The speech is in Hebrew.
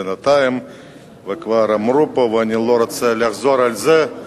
בינתיים כבר אמרו פה, ואני לא רוצה לחזור על זה,